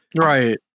right